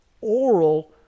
oral